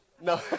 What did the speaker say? No